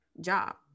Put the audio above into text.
job